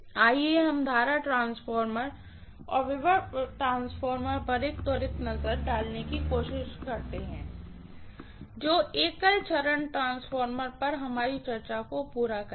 आइए हम current transformer और वोल्टेज ट्रांसफार्मर पर एक त्वरित नज़र डालने की कोशिश करते हैं जो एकल चरण ट्रांसफार्मर पर हमारी चर्चा को पूरा करेगा